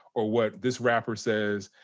or what this rapper says.